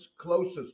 closest